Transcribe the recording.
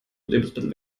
lebensmittel